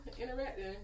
interacting